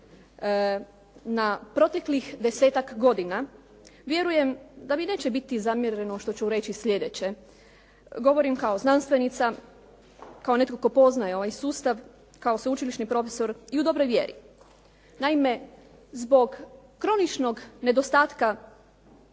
na proteklih desetak godina vjerujem da mi neće biti zamjereno što ću reći sljedeće. Govorim kao znanstvenica, kao netko tko poznaje ovaj sustav, kao sveučilišni profesor i u dobroj vjeri. Naime, zbog kroničnog nedostatka